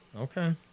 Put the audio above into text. Okay